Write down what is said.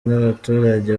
n’abaturage